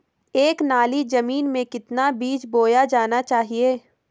एक नाली जमीन में कितना बीज बोया जाना चाहिए?